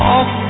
Off